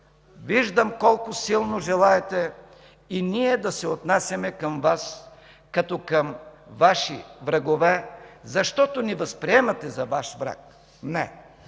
виждам колко силно желаете и ние да се отнасяме към Вас като Ваши врагове, защото ни възприемате за Ваш враг. Не, ДПС